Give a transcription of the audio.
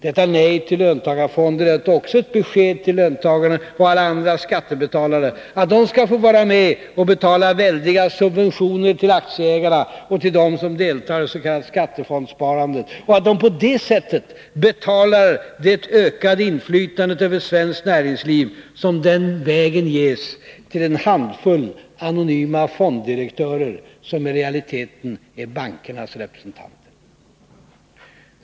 Detta nej till löntagarfonder är också ett besked till löntagarna och alla andra skattebetalare att de skall få vara med att betala väldiga subventioner till aktieägarna och till dem som deltar i det s.k. skattefondssparandet, att de på det sättet betalar det ökade inflytandet över svenskt näringsliv som den vägen ges till en handfull anonyma fonddirektörer, som i realiteten är bankernas representanter.